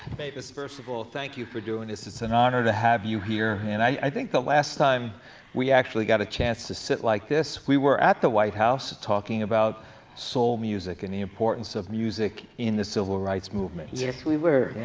mavis, first of all, thank you for doing this, it's an honor to have you here, and i think the last time we actually got a chance to sit like this, we were at the white house talking about soul music and the importance of music in the civil rights music. yes, we were.